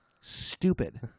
stupid